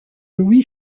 louis